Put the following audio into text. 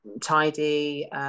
tidy